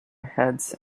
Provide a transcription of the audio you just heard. heads